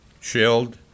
shield